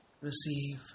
receive